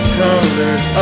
colors